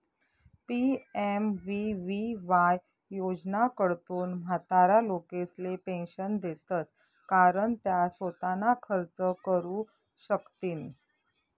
PMVVY योजनाकडथून म्हातारा लोकेसले पेंशन देतंस कारण त्या सोताना खर्च करू शकथीन